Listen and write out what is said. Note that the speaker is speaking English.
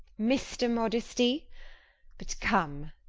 mr. modesty come,